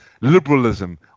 liberalism